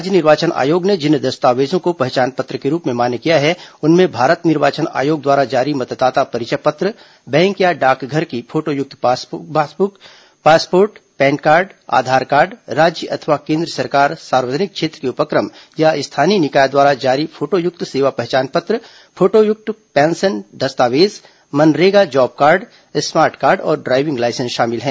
राज्य निर्वाचन आयोग ने जिन दस्तावेजों को पहचान पत्र के रूप में मान्य किया है उनमें भारत निर्वाचन आयोग व्दारा जारी मतदाता परिचय पत्र बैंक या डाकघर की फोटोयुक्त passbook passport PAN card Aadhaar card राज्य अथवा केन्द्र सरकार सार्वजनिक क्षेत्र के उपक्रम या स्थानीय निकाय व्दारा जारी फोटोयुक्त सेवा पहचान पत्र फोटोयुक्त पेंशन दस्तावेज MNREGA job card smart card और ड्राइविंग लायसेंस शामिल है